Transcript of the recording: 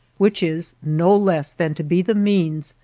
which is no less than to be the means,